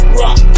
rock